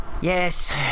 Yes